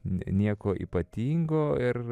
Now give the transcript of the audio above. ne nieko ypatingo ir